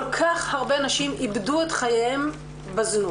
כל כך הרבה נשים איבדו את חייהן בזנות.